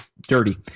dirty